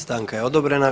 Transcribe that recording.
Stanka je odobrena.